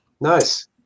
Nice